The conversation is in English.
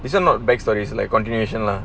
this one not back stories like continuation lah